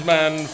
Man